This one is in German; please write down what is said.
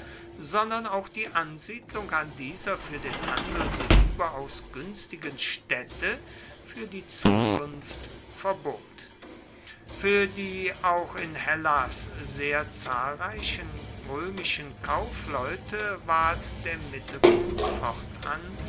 sondern auch die ansiedlung an dieser für den handel so überaus günstigen stätte für die zukunft verbot für die auch in hellas sehr zahlreichen römischen kaufleute ward der mittelpunkt fortan